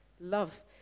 love